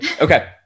Okay